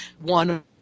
one